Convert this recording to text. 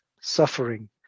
suffering